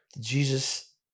Jesus